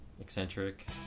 Eccentric